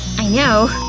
i know.